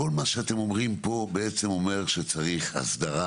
כול מה שאתם אומרים פה אומר שצריך אסדרה